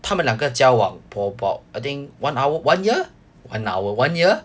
他们两个交往 for about I think one hour one year one hour one year